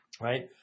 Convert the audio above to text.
right